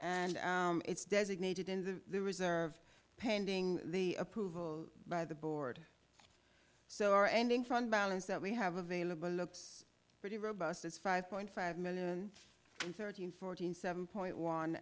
and it's designated in the reserve pending the approval by the board so our ending fund balance that we have available looks pretty robust as five point five million in thirteen fourteen seven point one